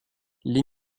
les